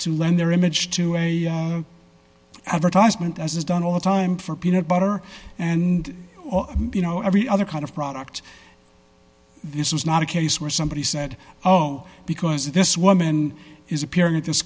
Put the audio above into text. to lend their image to a advertisement as is done all the time for peanut butter and you know every other kind of product this is not a case where somebody said oh because this woman is appearing at this